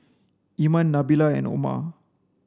Iman Nabila and Omar